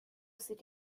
sit